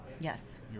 Yes